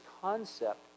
concept